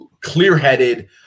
clear-headed